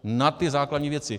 Na ty základní věci.